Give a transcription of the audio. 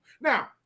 Now